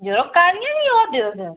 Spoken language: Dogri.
जरो काह्लिया की होआ दे तुस